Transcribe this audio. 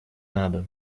надо